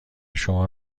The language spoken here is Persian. شما